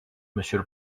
monsieur